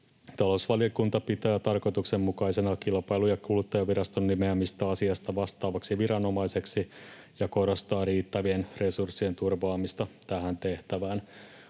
Talousvaliokunta pitää tarkoituksenmukaisena Kilpailu- ja kuluttajaviraston nimeämistä asiasta vastaavaksi viranomaiseksi ja korostaa riittävien resurssien turvaamista tähän tehtävään.